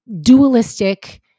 dualistic